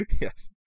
yes